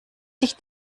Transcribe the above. sich